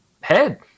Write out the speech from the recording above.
head